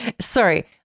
Sorry